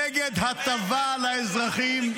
נגד הטבה לאזרחים,